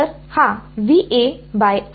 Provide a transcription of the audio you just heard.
तर हा आहे बरोबर